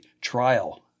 trial